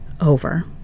over